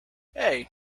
hey